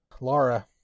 Laura